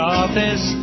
office